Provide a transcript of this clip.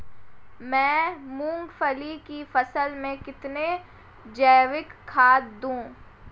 मैं मूंगफली की फसल में कितनी जैविक खाद दूं?